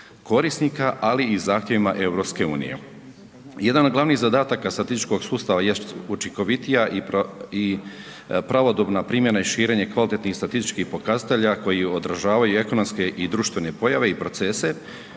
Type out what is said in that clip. korisnika ali i zahtjevima EU-a. Jedan od glavnih zadataka statističkog sustava jest učinkovitija i pravodobna primjena i širenje kvalitetnih statističkih pokazatelja koji održavaju ekonomske i društvene pojave i procese